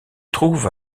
trouve